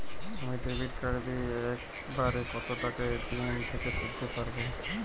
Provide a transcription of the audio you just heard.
আমি debit card দিয়ে এক বারে কত টাকা এ.টি.এম থেকে তুলতে পারবো?